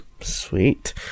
Sweet